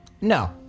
No